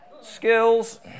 Skills